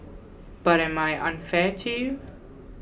but am I unfair to you